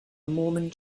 mormon